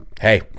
hey